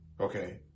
Okay